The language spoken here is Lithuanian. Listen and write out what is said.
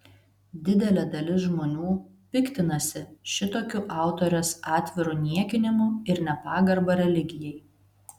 didelė dalis žmonių piktinasi šitokiu autorės atviru niekinimu ir nepagarba religijai